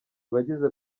bagize